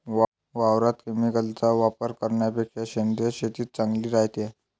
वावरात केमिकलचा वापर करन्यापेक्षा सेंद्रिय शेतीच चांगली रायते